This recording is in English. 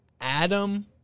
Adam